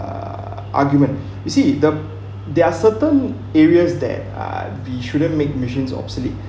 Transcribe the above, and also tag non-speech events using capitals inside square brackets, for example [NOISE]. uh argument [BREATH] you see the there are certain areas that uh we shouldn't make machines obsolete